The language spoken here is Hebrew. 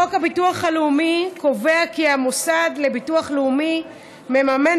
חוק הביטוח הלאומי קובע כי המוסד לביטוח לאומי מממן